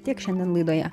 tiek šiandien laidoje